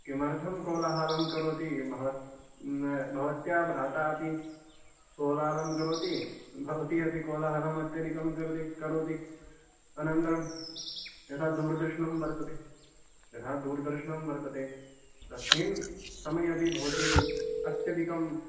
किमर्थं कोलाहालं करोति भवत् भवत्या भ्राता अपि कोलाहलं करोति भवती अपि कोलाहलम् अत्यधिकं करति करोति अनन्तरं यदा दूरदर्शनं वर्तते यदा दूरदर्शनं वर्तते तस्मिन् समयेऽपि भवती अत्यधिकं